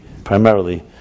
primarily